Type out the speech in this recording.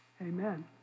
Amen